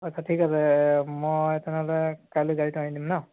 আচ্ছা ঠিক আছে মই তেনেহ'লে কাইলৈ গাড়ীটো আনি দিম ন'